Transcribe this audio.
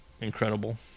incredible